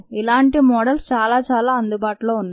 ఇలాంటి మోడల్స్ చాలా చాలా అందుబాటులో ఉన్నాయి